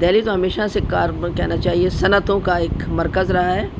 دہلی تو ہمیشہ سے کار کہنا چاہیے صنعتوں کا ایک مرکز رہا ہے